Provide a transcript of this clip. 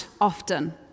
often